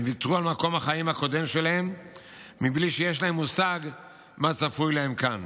הם ויתרו על מקום החיים הקודם שלהם בלי שיש להם מושג מה צפוי להם כאן,